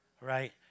right